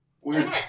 Weird